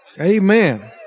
Amen